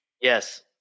Yes